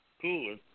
cooler